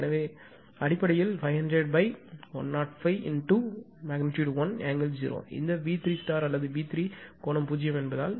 எனவே அடிப்படையில் 500105 × 1∠0 ° இந்த V3 அல்லது V3 கோணம் 0 என்பதால்